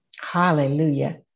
Hallelujah